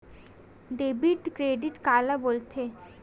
Debit credit काला बोल थे?